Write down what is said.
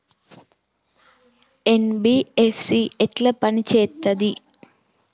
NBFC ఎట్ల పని చేత్తది?